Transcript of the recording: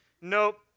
Nope